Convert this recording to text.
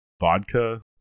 vodka